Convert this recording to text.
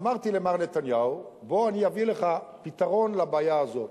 אמרתי למר נתניהו: בוא אני אביא לך פתרון לבעיה הזאת.